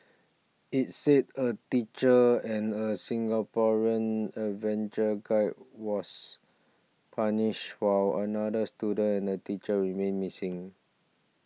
it said a teacher and a Singaporean adventure guide was punished while another student and a teacher remain missing